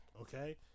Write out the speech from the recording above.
okay